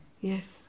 Yes